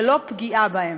ולא פגיעה בהם.